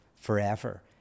forever